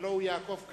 הלוא הוא יעקב כץ,